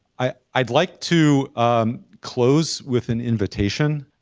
i'd like to close with an invitation.